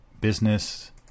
business